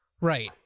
Right